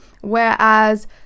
whereas